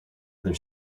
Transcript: other